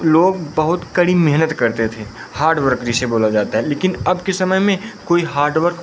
लोग बहुत कड़ी मेहनत करते थे हार्ड वर्क जिसे बोला जाता है लेकिन अब के समय में कोई हार्ड वर्क